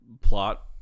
plot